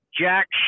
jack